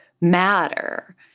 matter